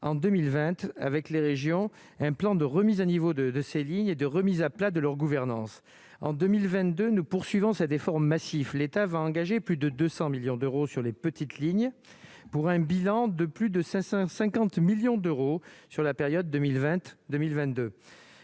en 2020 avec les régions, un plan de remise à niveau de de Séville lignes et de remise à plat de leur gouvernance en 2022 ne poursuivant cet effort massif, l'État va engager plus de 200 millions d'euros sur les petites lignes pour un bilan de plus de 550 millions d'euros sur la période 2020, 2022